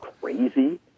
crazy